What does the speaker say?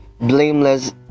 blameless